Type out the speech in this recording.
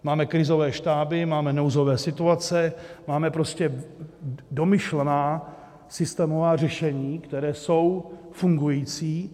Máme krizové štáby, máme nouzové situace, máme prostě domyšlená systémová řešení, která jsou fungující.